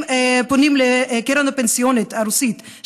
הם פונים לקרן הפנסיונית הרוסית,